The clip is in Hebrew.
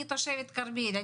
אני תושבת כרמיאל.